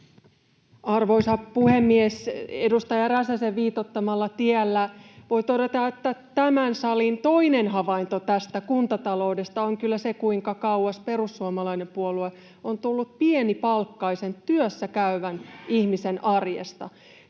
Arvoisa puhemies! Edustaja Räsäsen viitoittamalla tiellä voi todeta, että tämän salin toinen havainto kuntataloudesta on se, kuinka kauas perussuomalainen puolue on tullut pienipalkkaisen, työssäkäyvän ihmisen arjesta,